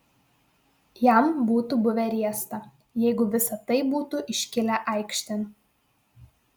jam būtų buvę riesta jeigu visa tai būtų iškilę aikštėn